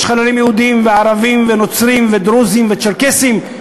יש חללים יהודים וערבים ונוצרים ודרוזים וצ'רקסים.